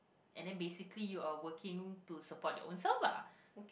and then basically you are working to support your own self lah